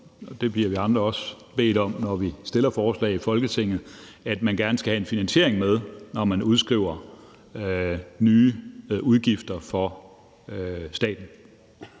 det bliver vi andre også bedt om, når vi fremsætter forslag i Folketinget – skal have en finansiering med, når man udskriver nye udgifter for staten.